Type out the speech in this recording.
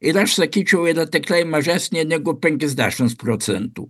ir aš sakyčiau yra tiktai mažesnė negu penkiasdešimts procentų